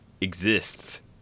exists